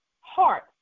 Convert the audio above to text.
heart